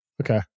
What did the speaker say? Okay